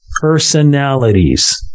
personalities